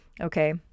okay